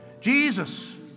Jesus